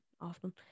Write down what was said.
often